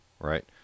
right